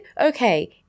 Okay